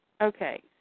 Okay